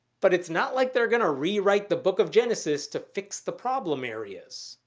but it's not like they're gonna rewrite the book of genesis to fix the problem areas.